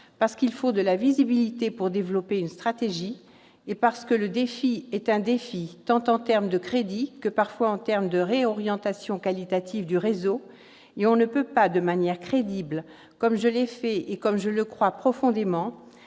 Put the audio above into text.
parce qu'il faut de la visibilité pour développer une stratégie et parce que le défi est un défi tant en termes de crédit que parfois en termes de réorientation qualitative du réseau et on ne peut pas de manière crédible, comme je l'ai fait et comme je le crois profondément,